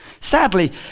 Sadly